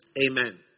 Amen